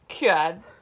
God